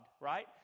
right